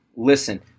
listen